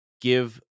give